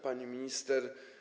Pani Minister!